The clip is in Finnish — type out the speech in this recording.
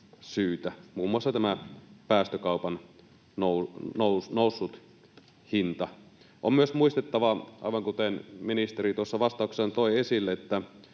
muun muassa tämä päästökaupan noussut hinta. On myös muistettava, aivan kuten ministeri tuossa vastauksessaan toi esille, että